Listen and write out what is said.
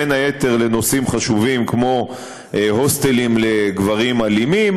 בין היתר לנושאים חשובים כמו הוסטלים לגברים אלימים